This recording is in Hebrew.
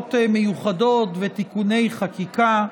הוראות מיוחדות ותיקוני חקיקה,